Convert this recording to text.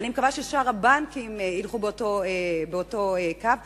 אני מקווה ששאר הבנקים ילכו באותו קו.